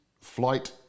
flight